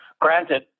Granted